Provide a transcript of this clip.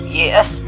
yes